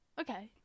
okay